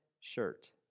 shirt